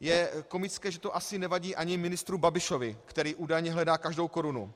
Je komické, že to asi nevadí ani ministru Babišovi, který údajně hledá každou korunu.